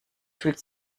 fühlt